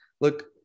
look